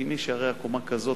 כי מי שיראה עקומה כזאת,